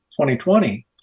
2020